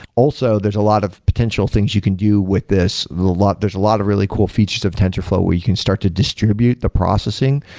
also, there's a lot of potential things you can do with this. there's a lot of really cool features of tensorflow where you can start to distribute the processing,